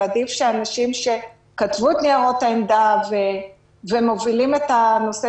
ועדיף שאנשים שכתבו את ניירות העמדה ומובילים את הנושא